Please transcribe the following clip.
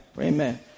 amen